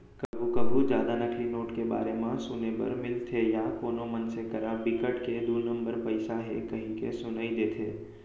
कभू कभू जादा नकली नोट के बारे म सुने बर मिलथे या कोनो मनसे करा बिकट के दू नंबर पइसा हे कहिके सुनई देथे